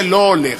זה לא הולך.